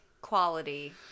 quality